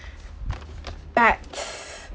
but